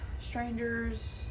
Strangers